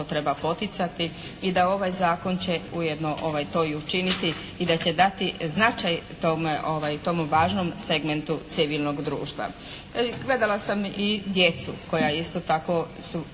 treba poticati i da ovaj zakon će ujedno to i učiniti i da će dati značaj tomu važnom segmentu civilnog društva. Gledala sam i djecu koja isto tako su